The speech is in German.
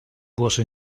bursche